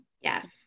Yes